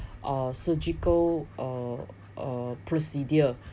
uh surgical uh procedure